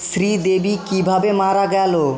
শ্রীদেবী কীভাবে মারা গেলো